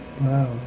Wow